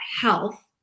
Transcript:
health